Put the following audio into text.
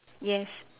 yes